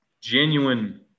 genuine